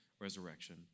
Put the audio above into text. resurrection